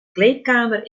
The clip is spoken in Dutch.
kleedkamer